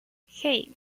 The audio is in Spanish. hey